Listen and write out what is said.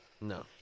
No